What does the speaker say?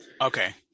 Okay